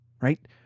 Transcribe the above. Right